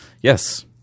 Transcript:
yes